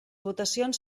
votacions